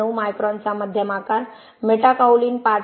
9 मायक्रॉनचा मध्यम आकार मेटाकाओलिन 5